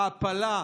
העפלה באוויר,